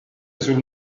sul